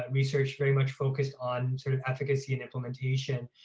research, very much focused on sort of efficacy and implementation,